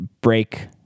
break